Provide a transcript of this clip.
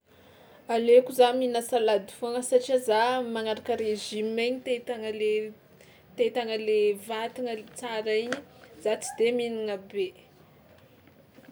Aleoko za mihina salady foagna satria za magnaraka régime igny te hitagna le te hitagna le vatagna tsara igny, za tsy de mhinagna be.